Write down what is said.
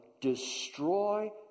destroy